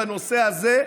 אבל בנושא הזה,